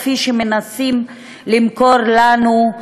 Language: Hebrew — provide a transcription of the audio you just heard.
כפי שמנסים למכור לנו,